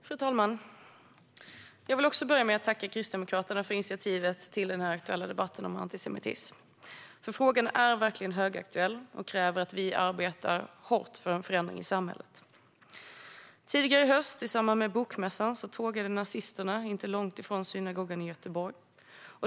Fru talman! Jag vill också börja med att tacka Kristdemokraterna för initiativet till denna aktuella debatt om antisemitism. Frågan är verkligen högaktuell och kräver att vi arbetar hårt för en förändring i samhället. Tidigare i höst, i samband med bokmässan, tågade nazisterna inte långt ifrån synagogan i Göteborg.